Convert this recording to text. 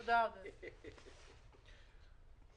תודה, יוליה.